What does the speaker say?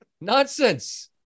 Nonsense